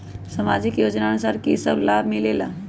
समाजिक योजनानुसार कि कि सब लाब मिलीला?